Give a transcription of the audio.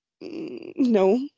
no